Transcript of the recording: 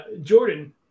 Jordan